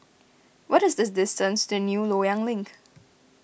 what is this distance to New Loyang Link